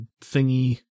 thingy